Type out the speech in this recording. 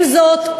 עם זאת,